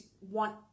want